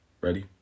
Ready